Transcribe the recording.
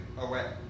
away